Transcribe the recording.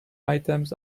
items